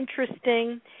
interesting